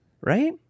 right